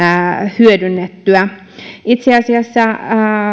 hyödynnettyä itse asiassa